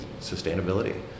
sustainability